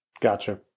Gotcha